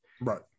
Right